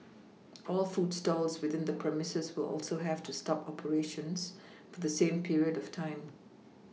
all food stalls within the premises will also have to stop operations for the same period of time